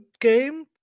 game